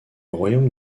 royaume